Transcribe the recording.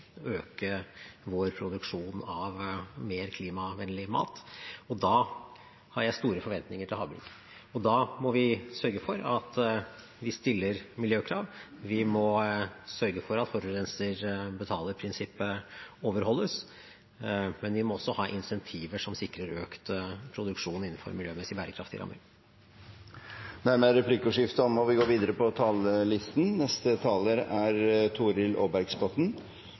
øke vår produksjon av mer klimavennlig mat. Da har jeg store forventninger til havbruk. Da må vi sørge for at vi stiller miljøkrav. Vi må sørge for at forurenser betaler-prinsippet overholdes, men vi må også ha incentiver som sikrer økt produksjon innenfor miljømessig bærekraftige rammer. Dermed er replikkordskiftet omme. De talere som heretter får ordet, har en taletid på inntil 3 minutter. Det er